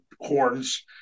horns